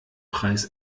preis